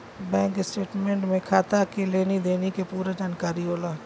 bank statement में खाता के लेनी देनी के पूरा जानकारी होला